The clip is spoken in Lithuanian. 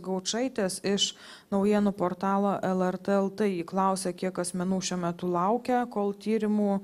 gaučaitės iš naujienų portalo lrt lt ji klausia kiek asmenų šiuo metu laukia kol tyrimų